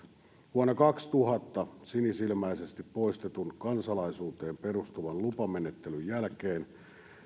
vuonna kaksituhatta sinisilmäisesti poistetun kansalaisuuteen perustuvan lupamenettelyn jälkeen